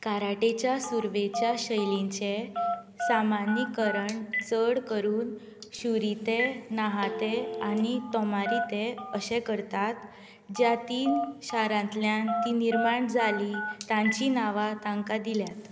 काराटेच्या सुरवेच्या शैलींचें सामान्यीकरण चड करून शुरीते नाहाते आनी तोमारीते अशें करतात ज्या तीन शारांतल्यान तीं निर्माण जालीं तांची नांवां तांकां दिल्यात